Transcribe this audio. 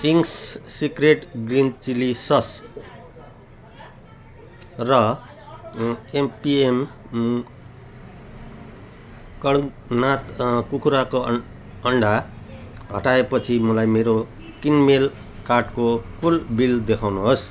Ching's secret green chilli sauce र MPM Kadaknath कुखुराको अन् अन्डा हटाएपछि मलाई मेरो किनमेल कार्टको कुल बिल देखाउनुहोस्